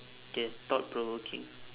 K thought provoking